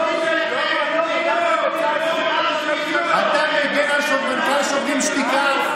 אתה מגן על מנכ"ל שוברים שתיקה,